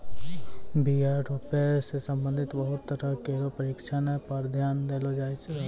बीया रोपै सें संबंधित बहुते तरह केरो परशिक्षण पर ध्यान देलो जाय रहलो छै